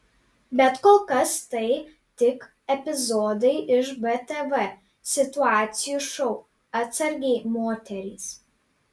bet kol kas tai tik epizodai iš btv situacijų šou atsargiai moterys